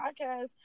podcast